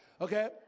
Okay